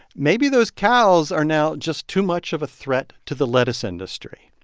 maybe those cows are now just too much of a threat to the lettuce industry.